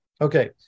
Okay